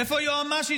איפה היועמ"שית,